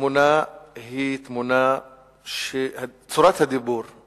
התמונה היא תמונה שצורת הדיבור בה